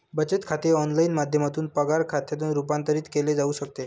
बचत खाते ऑनलाइन माध्यमातून पगार खात्यात रूपांतरित केले जाऊ शकते